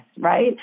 right